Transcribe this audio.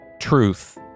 Truth